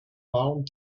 found